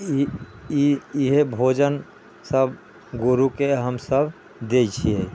ई ई इहे भोजन सब गोरूके हमसब दै छियै